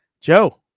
Joe